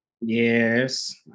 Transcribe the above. yes